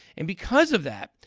and because of that,